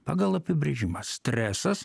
pagal apibrėžimą stresas